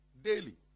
daily